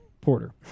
Porter